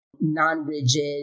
non-rigid